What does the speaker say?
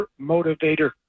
motivator